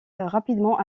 rapidement